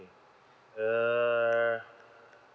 err